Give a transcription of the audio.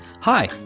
Hi